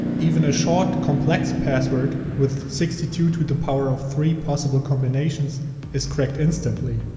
even a short complex password with sixty two to the power of three possible combinations is cracked instantly.